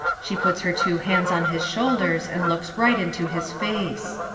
she puts her two hands on his shoulders and looks right into his face.